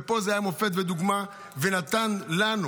ופה זה היה מופת ודוגמה, ונתן לנו